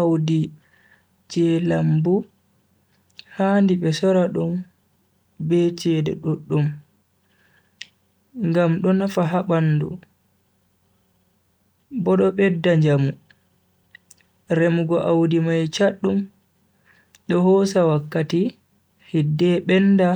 Audi je lambu handi be sora dum be chede duddum ngam do nafa ha bandu bo do bedda njamu. remugo Audi mai chaddum do hosa wakkati hidde benda